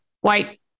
white